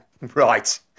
Right